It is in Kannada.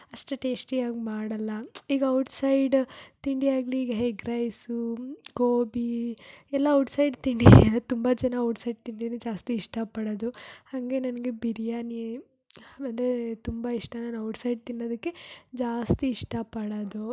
ಅಷ್ಟು ಟೇಶ್ಟಿಯಾಗಿ ಮಾಡೋಲ್ಲ ಈಗ ಔಟ್ಸೈಡ ತಿಂಡಿಯಾಗಲಿ ಈಗ ಎಗ್ಗ್ ರೈಸು ಗೋಬಿ ಎಲ್ಲ ಔಟ್ಸೈಡ್ ತಿಂಡಿ ತುಂಬ ಜನ ಔಟ್ಸೈಡ್ ತಿಂಡಿನೇ ಜಾಸ್ತಿ ಇಷ್ಟಪಡೋದು ಹಾಗೆ ನನಗೆ ಬಿರ್ಯಾನಿ ತುಂಬ ಇಷ್ಟ ನಾನು ಔಟ್ಸೈಡ್ ತಿನ್ನೋದಕ್ಕೆ ಜಾಸ್ತಿ ಇಷ್ಟಪಡೋದು